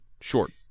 short